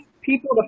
people